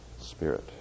spirit